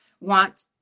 want